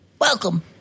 Welcome